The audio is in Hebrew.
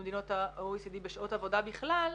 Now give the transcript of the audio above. במדינות ה-OECD בשעות עבודה בכלל,